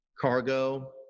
cargo